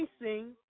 facing